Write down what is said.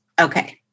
Okay